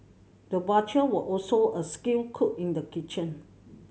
the butcher was also a skilled cook in the kitchen